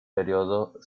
periodo